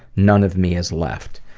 none of me is left.